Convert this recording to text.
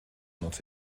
not